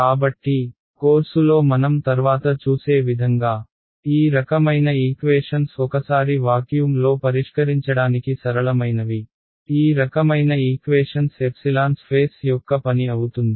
కాబట్టి కోర్సులో మనం తర్వాత చూసే విధంగా ఈ రకమైన ఈక్వేషన్స్ ఒకసారి వాక్యూమ్లో పరిష్కరించడానికి సరళమైనవి ఈ రకమైన ఈక్వేషన్స్ ε స్ఫేస్ యొక్క పని అవుతుంది